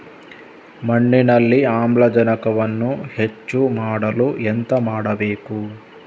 ಮಣ್ಣಿನಲ್ಲಿ ಆಮ್ಲಜನಕವನ್ನು ಹೆಚ್ಚು ಮಾಡಲು ಎಂತ ಮಾಡಬೇಕು?